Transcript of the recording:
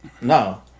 No